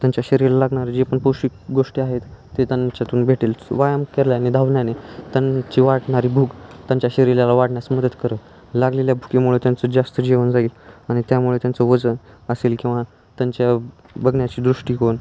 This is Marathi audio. त्यांच्या शरीराला लागणारं जे पण पोष्टिक गोष्टी आहेत ते त्यांच्यातून भेटेल व्यायाम केल्याने धावण्याने त्यांची वाटणारी भूक त्यांच्या शरीराला वाढण्यास मदत करेल लागलेल्या भुकेमुळे त्यांचं जास्त जेवण जाईल आणि त्यामुळे त्यांचं वजन असेल किंवा त्यांच्या बघण्याचा दृष्टीकोन